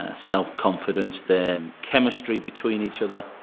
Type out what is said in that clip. ah self-confidence, their chemistry between each other,